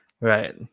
Right